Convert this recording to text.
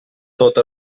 tota